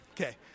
Okay